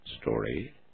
story